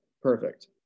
perfect